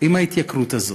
עם ההתייקרות הזאת,